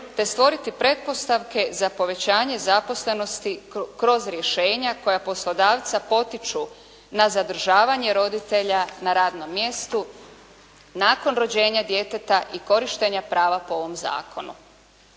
te stvoriti pretpostavke za povećanje zaposlenosti kroz rješenja koja poslodavca potiču na zadržavanje roditelja na radnom mjestu nakon rođenja djeteta i korištenja prava po ovom zakonu.